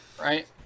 right